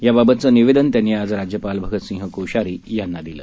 याबाबतचं निवेदन त्यांनी आज राज्यपाल भगतसिंग कोश्यारी यांना दिलं